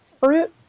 fruit